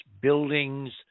buildings